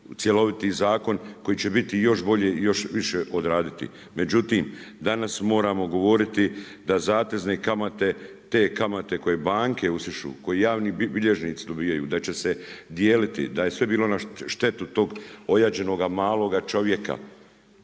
cjeloviti zakon koji će biti još bolji i još više odraditi. Međutim danas moramo govoriti da zatezne kamate, te kamate koje banke … koji javni bilježnici dobijaju da će se dijeliti, da je sve bilo na štetu tog ojađenoga maloga čovjeka.